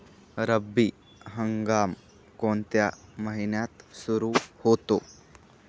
रब्बी हंगाम कोणत्या महिन्यात सुरु होतो?